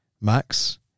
Max